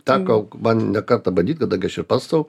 teko man ne kartą bandyt kada gi aš ir pats sau